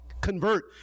convert